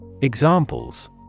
Examples